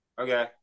Okay